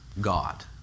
God